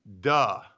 duh